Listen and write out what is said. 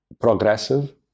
Progressive